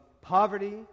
poverty